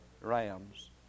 rams